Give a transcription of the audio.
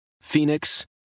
Phoenix